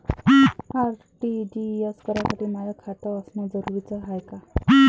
RTGS करासाठी माय खात असनं जरुरीच हाय का?